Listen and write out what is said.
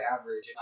average